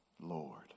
Lord